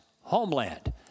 Homeland